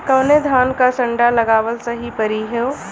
कवने धान क संन्डा लगावल सही परी हो?